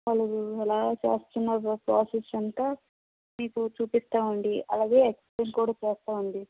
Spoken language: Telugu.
వాళ్ళు అలా చేస్తున్న ప్రాసెస్ అంతా మీకు చూపిస్తాం అండి అలాగే ఎక్స్ప్లెయిన్ కూడా చేస్తాం అండి